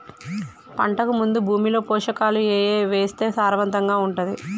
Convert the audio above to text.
పంటకు ముందు భూమిలో పోషకాలు ఏవి వేస్తే సారవంతంగా ఉంటది?